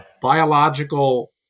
biological